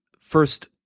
first